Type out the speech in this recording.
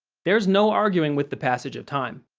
there's no arguing with the passage of time.